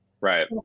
right